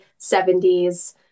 70s